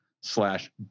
slash